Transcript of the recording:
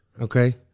Okay